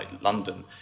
London